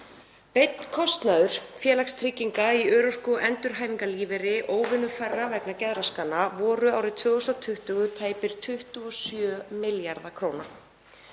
Beinn kostnaður félagstrygginga í örorku- og endurhæfingarlífeyri óvinnufærra vegna geðraskana var árið 2020 tæpir 27 milljarðar kr.